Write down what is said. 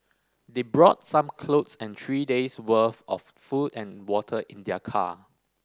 they brought some clothes and three days worth of food and water in their car